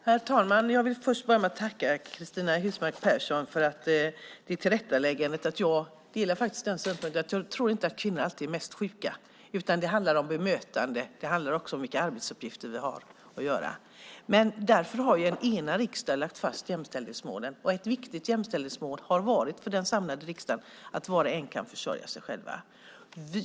Herr talman! Jag vill börja med att tacka Cristina Husmark Pehrsson för tillrättaläggandet om att kvinnor inte alltid är mest sjuka utan att det handlar om bemötande och vilka arbetsuppgifter man har. Jag delar den synpunkten. En enad riksdag har lagt fast jämställdhetsmålen, och ett viktigt jämställdhetsmål för den samlade riksdagen har varit att var och en kan försörja sig själv.